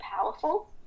powerful